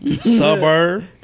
suburb